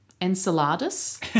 Enceladus